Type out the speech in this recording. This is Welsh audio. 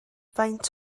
faint